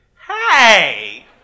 Hey